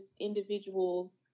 individuals